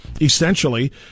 essentially